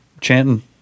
chanting